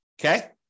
okay